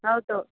ಹೌದು